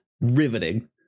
riveting